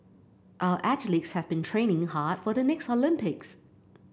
our athletes have been training hard for the next Olympics